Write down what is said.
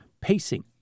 pacing